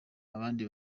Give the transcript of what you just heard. abandi